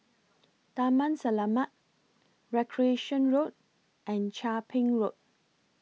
Taman Selamat Recreation Road and Chia Ping Road